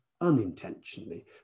unintentionally